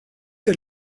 der